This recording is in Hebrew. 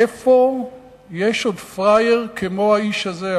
איפה יש עוד פראייר כמו האיש הזה?